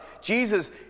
Jesus